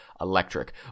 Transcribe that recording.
electric